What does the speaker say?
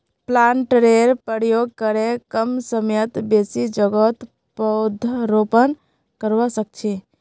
प्लांटरेर प्रयोग करे कम समयत बेसी जोगहत पौधरोपण करवा सख छी